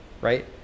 right